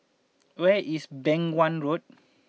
where is Beng Wan Road